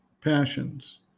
passions